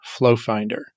Flowfinder